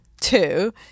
two